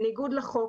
בניגוד לחוק,